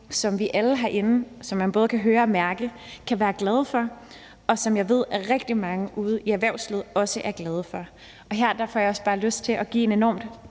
som vi alle herinde, hvilket man både kan høre og mærke, kan være glade for, og som jeg ved at rigtig mange ude i erhvervslivet også er glade for. Her får jeg også bare lyst til at komme med en